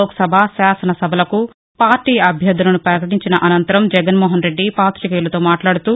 లోక్సభ శాసనసభలకు పార్టీ అభ్యర్దులను పకటించిన అనంతరం జగన్మోహన్రెడ్డి పాతికేయులతో మాట్లాడుతూ